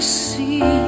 see